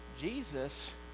Jesus